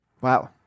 Wow